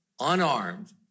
unarmed